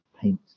paint